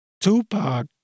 Tupac